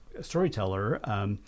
storyteller